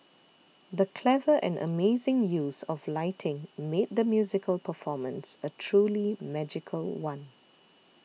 the clever and amazing use of lighting made the musical performance a truly magical one